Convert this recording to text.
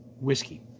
whiskey